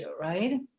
right